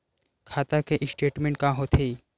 खाता के स्टेटमेंट का होथे?